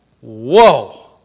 whoa